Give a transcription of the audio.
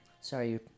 Sorry